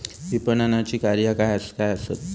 विपणनाची कार्या काय काय आसत?